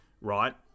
right